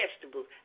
vegetables